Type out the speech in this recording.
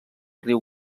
riu